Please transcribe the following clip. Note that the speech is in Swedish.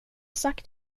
sagt